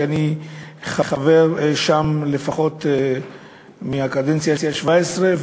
שאני חבר בה לפחות מהכנסת השבע-עשרה,